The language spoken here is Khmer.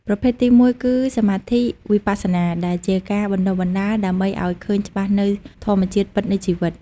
ប្រភេទទីមួយគឺ សមាធិវិបស្សនា ដែលជាការបណ្តុះបណ្តាលដើម្បីឱ្យឃើញច្បាស់នូវធម្មជាតិពិតនៃជីវិត។